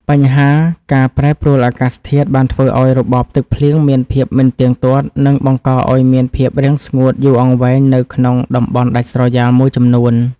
បញ្ហាការប្រែប្រួលអាកាសធាតុបានធ្វើឱ្យរបបទឹកភ្លៀងមានភាពមិនទៀងទាត់ និងបង្កឱ្យមានភាពរាំងស្ងួតយូរអង្វែងនៅក្នុងតំបន់ដាច់ស្រយាលមួយចំនួន។